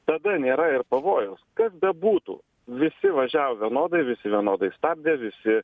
tada nėra ir pavojaus kas bebūtų visi važiavo vienodai visi vienodai stabdė visi